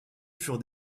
furent